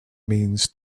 means